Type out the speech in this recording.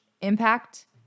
impact